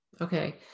Okay